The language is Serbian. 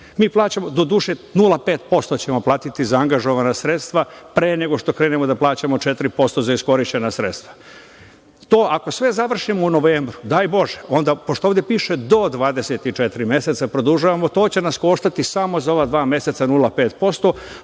opterećuje, doduše 0,5% ćemo platiti za angažovana sredstva pre nego što krenemo da plaćamo 4% za iskorišćena sredstva. To, ako sve završimo u novembru, daj Bože, onda, pošto ovde piše do 24 meseca produžavamo, to će nas koštati samo za ova dva meseca 0,5%,